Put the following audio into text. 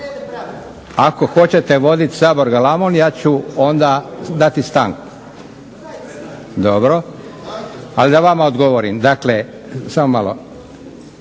Ako hoćete vodit Sabor galamom ja ću onda dati stanku. Dobro. Ali da vama odgovorim. Dakle, samo malo,